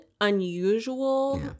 unusual